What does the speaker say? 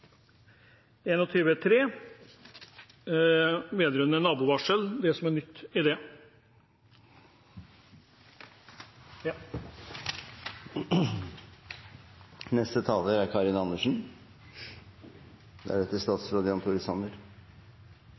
21-3 vedrørende nabovarsel – det som er nytt i det.